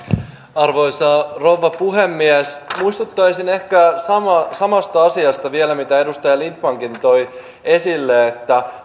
arvoisa rouva puhemies muistuttaisin ehkä samasta samasta asiasta vielä kuin mitä edustaja lindtmankin toi esille että